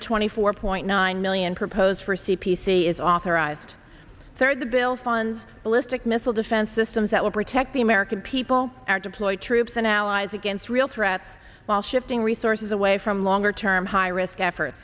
the twenty four point nine million proposed for c p c is authorized third the bill fund ballistic missile defense systems that will protect the american people are deployed troops and allies against real threats while shifting resources away from longer term high risk effort